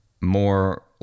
more